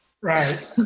Right